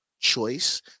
choice